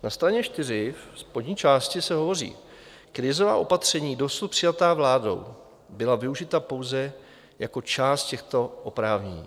Na straně 4 ve spodní části se hovoří: Krizová opatření dosud přijatá vládou byla využita pouze jako část těchto oprávnění.